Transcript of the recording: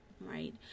right